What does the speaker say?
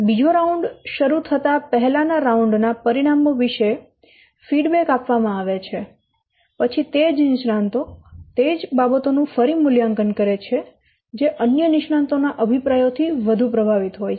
બીજો રાઉન્ડ શરૂ થતાં પહેલા ના રાઉન્ડ ના પરિણામો વિશે ફીડબેક આપવામાં આવે છે પછી તે જ નિષ્ણાંતો તે જ બાબતો નું ફરી મૂલ્યાંકન કરે છે જે અન્ય નિષ્ણાંતો ના અભિપ્રાયો થી વધુ પ્રભાવિત હોય છે